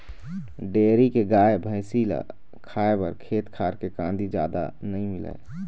dairy के गाय, भइसी ल खाए बर खेत खार के कांदी जादा नइ मिलय